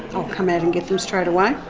i'll come out and get them straight away.